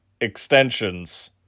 extensions